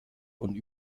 und